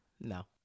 No